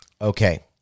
okay